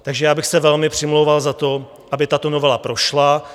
Takže já bych se velmi přimlouval za to, aby tato novela prošla.